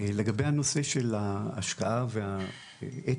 לגבי הנושא של ההשקעה והאתיקה,